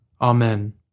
Amen